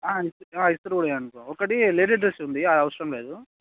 ఇస్త్రీ ఇస్త్రీ కూడా చేయండి బ్రో ఒకటి లేడీ డ్రస్ ఉంది అది అవసరం లేదు